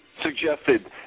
suggested